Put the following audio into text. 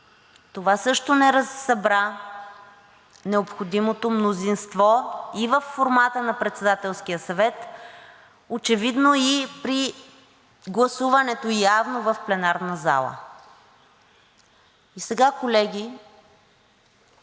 Това също не събра необходимото мнозинство и във формата на Председателския съвет, а очевидно и при гласуването, явно и в пленарната зала. Сега, колеги,